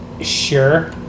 Sure